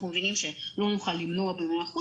אנחנו מבינים שלא נוכל למנוע ב-100%,